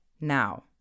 Now